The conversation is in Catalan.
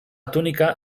túnica